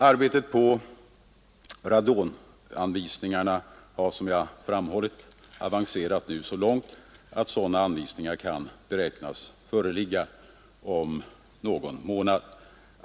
Arbetet på radonanvisningarna har, som jag framhållit, nu avancerat så långt att anvisningar kan beräknas föreligga om någon månad.